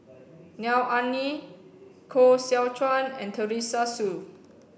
Neo Anngee Koh Seow Chuan and Teresa Hsu